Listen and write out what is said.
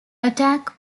attack